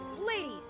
ladies